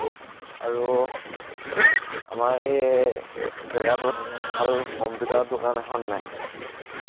আৰু আমাৰ এই জেগাটোত ভাল কম্পিউটাৰ দোকান এখন নাই